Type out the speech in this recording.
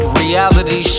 reality